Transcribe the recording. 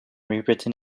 rewritten